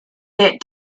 bit